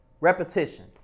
repetition